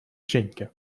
женьке